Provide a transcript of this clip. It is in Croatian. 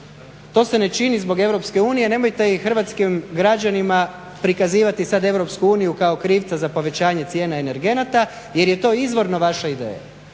To se ne čini zbog EU i nemojte hrvatskim građanima prikazivati sada EU kao krivca za povećanje cijena energenata jer je to izvorno vaša ideja.